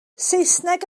saesneg